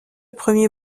premier